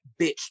bitch